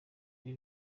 ibi